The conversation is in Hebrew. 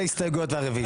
ההסתייגויות והרביזיות.